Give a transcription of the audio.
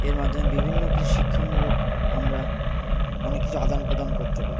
এর মাধ্যমে বিভিন্ন কিছু শিক্ষামূলক আমরা অনেক কিছু আদান প্রদান করতে পারি